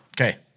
Okay